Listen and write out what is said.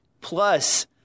Plus